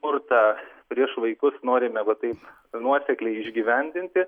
smurtą prieš vaikus norime va taip nuosekliai išgyvendinti